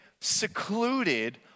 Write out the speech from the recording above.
secluded